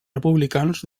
republicans